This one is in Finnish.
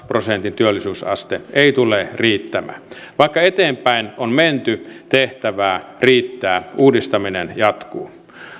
prosentin työllisyysaste ei tule riittämään vaikka eteenpäin on menty tehtävää riittää uudistaminen jatkuu